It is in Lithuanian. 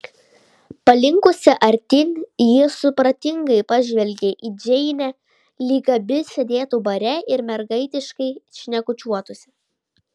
palinkusi artyn ji supratingai pažvelgė į džeinę lyg abi sėdėtų bare ir mergaitiškai šnekučiuotųsi